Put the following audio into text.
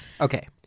okay